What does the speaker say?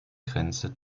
grenze